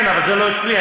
כן, אבל זה לא אצלי.